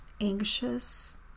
anxious